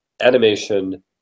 animation